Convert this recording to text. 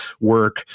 work